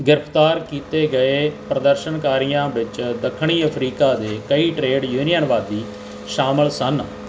ਗ੍ਰਿਫਤਾਰ ਕੀਤੇ ਗਏ ਪ੍ਰਦਰਸ਼ਨਕਾਰੀਆਂ ਵਿੱਚ ਦੱਖਣੀ ਅਫਰੀਕਾ ਦੇ ਕਈ ਟਰੇਡ ਯੂਨੀਅਨਵਾਦੀ ਸ਼ਾਮਿਲ ਸਨ